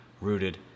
rooted